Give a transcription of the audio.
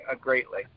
greatly